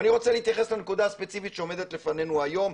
אבל אני רוצה להתייחס לנקודה הספציפית שעומדת לפנינו היום,